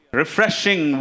refreshing